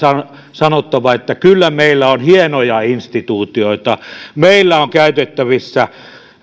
sanottava että kyllä meillä on hienoja instituutioita meillä on käytettävissä